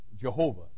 Jehovah